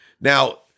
Now